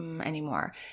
anymore